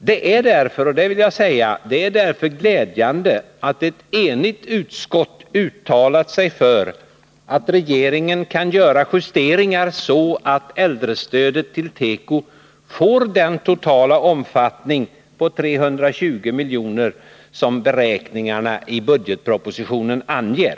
Jag vill därför understryka att det är glädjande att ett enigt utskott uttalat sig för att regeringen kan göra eventuella justeringar så att äldrestödet till teko får den totala omfattning på 320 milj.kr. som anges i budgetpropositionens beräkningar.